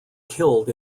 killed